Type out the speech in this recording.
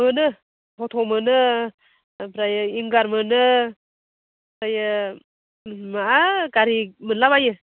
मोनो अट' मोनो ओमफ्राय विंगार मोनो ओमफ्राय मा गारि मोनलाबायो